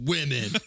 Women